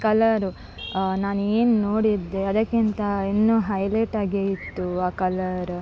colour ನಾನೇನು ನೋಡಿದ್ದೆ ಅದಕ್ಕಿಂತ ಇನ್ನು ಹೈಲೆಟಾಗೇ ಇತ್ತು ಆ ಕಲರ್